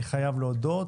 אני חייב להודות.